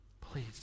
please